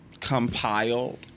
compiled